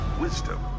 wisdom